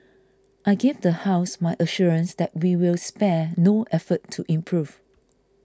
I give the House my assurance that we will spare no effort to improve